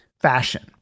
fashion